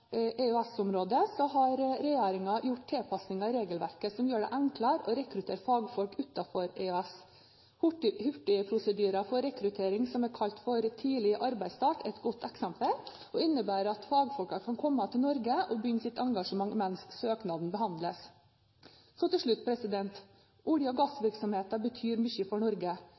har regjeringen gjort tilpasninger i regelverket som gjør det enklere å rekruttere fagfolk utenfor EØS. Hurtigprosedyren for rekruttering, som kalles «tidlig arbeidsstart», er et godt eksempel og innebærer at fagfolk kan komme til Norge og begynne sitt engasjement mens søknaden behandles. Til slutt: Olje- og gassvirksomheten betyr mye for Norge.